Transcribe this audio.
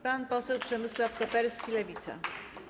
Pan poseł Przemysław Koperski, Lewica.